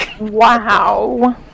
wow